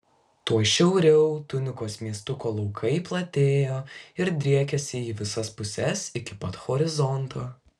tuoj šiauriau tunikos miestuko laukai platėjo ir driekėsi į visas puses iki pat horizonto